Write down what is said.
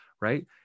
right